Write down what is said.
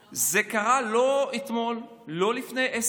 רגע, לא סיימתי את הדיון.